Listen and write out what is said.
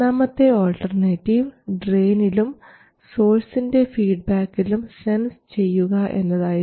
മൂന്നാമത്തെ ആൾട്ടർനേറ്റീവ് ഡ്രയിനിലും സോഴ്സിൻറെ ഫീഡ്ബാക്കിലും സെൻസ് ചെയ്യുക എന്നതായിരുന്നു